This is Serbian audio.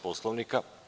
Poslovnika?